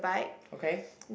okay